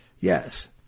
Yes